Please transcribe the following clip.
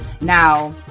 now